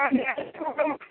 ആ ഞാൻ